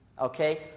Okay